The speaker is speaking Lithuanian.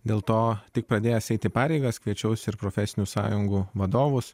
dėl to tik pradėjęs eiti pareigas kviečiausi ir profesinių sąjungų vadovus